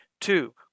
two